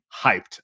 hyped